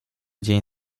dzień